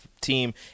Team